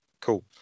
Cool